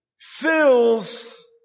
fills